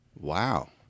Wow